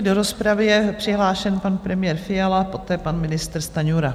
Do rozpravy je přihlášen pan premiér Fiala, poté pan ministr Stanjura.